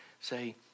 say